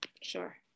Sure